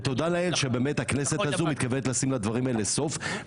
ותודה לאל שבאמת הכנסת הזו מתכוונת לשים לדברים האלה סוף.